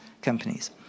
companies